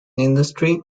industry